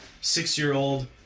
six-year-old